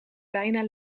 bijna